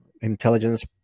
intelligence